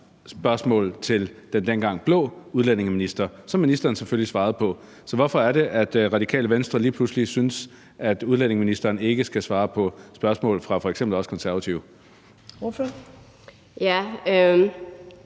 spørgsmål til den dengang blå udlændingeminister, som ministeren selvfølgelig svarede på. Så hvorfor er det, at Radikale Venstre lige pludselig synes, at udlændingeministeren ikke skal svare på spørgsmål fra f.eks. os Konservative?